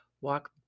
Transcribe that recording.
walk